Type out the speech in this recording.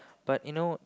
but you know